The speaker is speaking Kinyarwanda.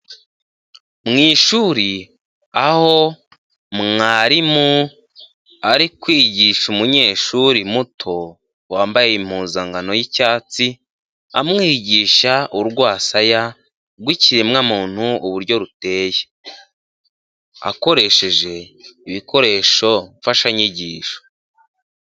Mu ishuri aho mwarimu ari kwigisha umunyeshuri muto, wambaye impuzankano y'icyatsi, amwigisha urwasaya rw'ikiremwamuntu uburyo ruteye, akoresheje ibikoresho mfashanyigisho.